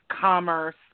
commerce